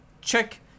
check